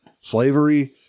slavery